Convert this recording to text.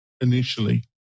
initially